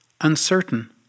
Uncertain